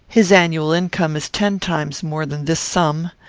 his annual income is ten times more than this sum.